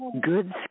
good